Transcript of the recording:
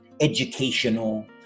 educational